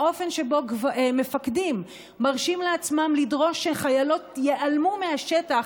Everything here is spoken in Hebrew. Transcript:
האופן שבו מפקדים מרשים לעצמם לדרוש שחיילות ייעלמו מהשטח